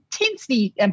intensely